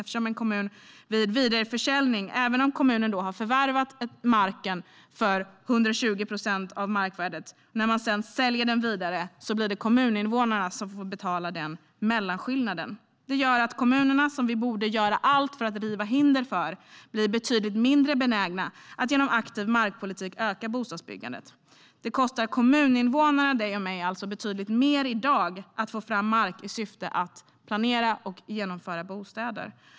När kommunen säljer marken vidare - detta gäller även om kommunen har förvärvat marken för 120 procent av markvärdet - blir det kommuninvånarna som får betala den här mellanskillnaden. Det gör att kommunerna, som vi borde göra allt för att riva hinder för, blir betydligt mindre benägna att genom aktiv markpolitik öka bostadsbyggandet. Det kostar kommuninvånarna, dig och mig, betydligt mer i dag att få fram mark i syfte att planera för och genomföra bostäder.